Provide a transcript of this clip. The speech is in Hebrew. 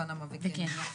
פנמה וקניה.